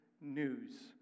news